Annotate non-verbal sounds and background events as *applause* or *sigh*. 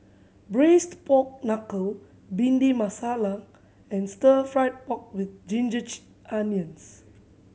Braised Pork Knuckle Bhindi Masala and stir fried pork with ginger *unintelligible* onions